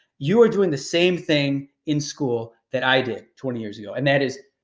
you are doing the same thing in school that i did twenty years ago, and that is